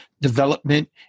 development